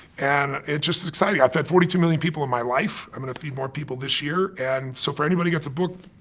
and it's just exciting. i've fed forty two million people in my life, i'm gonna feed more people this year, and, so for anybody who gets a book,